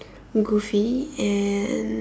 goofy and